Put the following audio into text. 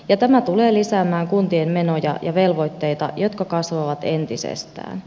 tämä tulee lisäämään kuntien menoja ja velvoitteita jotka kasvavat entisestään